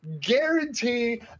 guarantee